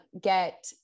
get